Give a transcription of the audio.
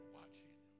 watching